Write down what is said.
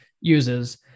uses